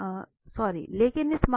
और हमारे पास यह आएगा